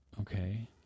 Okay